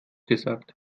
gesagt